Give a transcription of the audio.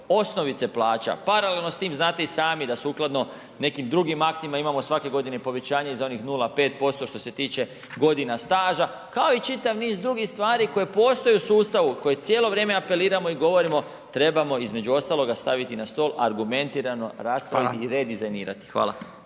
osnovice plaća. Paralelno s tim znate i sami da sukladno nekim drugim aktima imamo svake godine povećanje za onih 0,5% što se tiče godina staža kao i čitav niz drugih stvari koje postoje u sustavu, koji cijelo vrijeme apeliramo i govorimo trebamo između ostaloga staviti na stol argumentirano … i redizajnirati. Hvala.